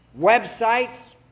websites